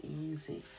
easy